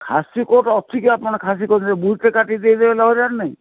ଖାସି କେଉଁଠି ଅଛିି କି ଆପଣ ଖାସି କାଟିବେ ବୁଲ୍ଟେ କାଟିକି ଦେଇଦେବେ ନହେଲେ ନାଇଁ